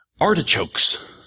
artichokes